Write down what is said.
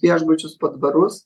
viešbučius po dvarus